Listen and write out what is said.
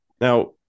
Now